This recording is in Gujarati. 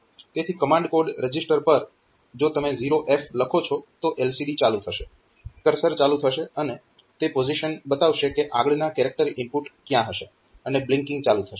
તેથી કમાન્ડ કોડ રજીસ્ટર પર જો તમે 0F લખો છો તો LCD ચાલુ થશે કર્સર ચાલુ થશે અને તે પોઝીશન બતાવશે કે આગળના કેરેક્ટર ઇનપુટ ક્યાં હશે અને બ્લિંકિંગ ચાલુ થશે